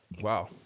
Wow